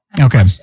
Okay